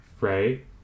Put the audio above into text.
right